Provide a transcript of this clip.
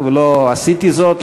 לא עשיתי זאת,